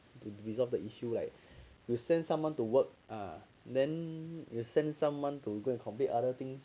to resolve the issue like you send someone to work ah then you send someone to go and complete other things